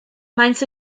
maent